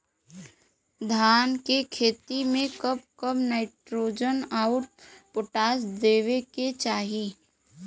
धान के खेती मे कब कब नाइट्रोजन अउर पोटाश देवे के चाही?